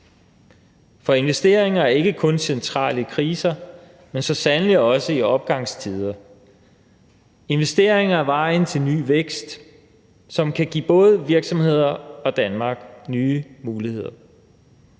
For investeringer er ikke kun centrale i kriser, men så sandelig også i opgangstider. Investeringer er vejen til ny vækst, som kan give både virksomheder og Danmark nye muligheder.